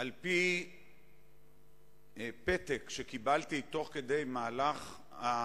האם המציעים מסכימים?